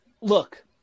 look